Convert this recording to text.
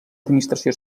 administració